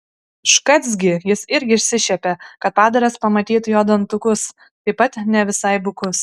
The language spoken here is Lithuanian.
škac gi jis irgi išsišiepė kad padaras pamatytų jo dantukus taip pat ne visai bukus